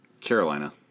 Carolina